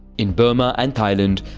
in burma and thailand,